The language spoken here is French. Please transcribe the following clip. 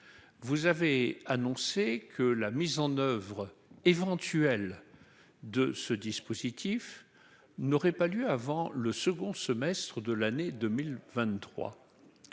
vous avez annoncé que la mise en oeuvre éventuelle de ce dispositif n'aurait pas lieu avant le second semestre de l'année 2023,